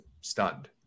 stunned